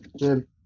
good